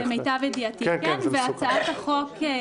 למיטב ידיעתי, כן.